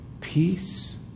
peace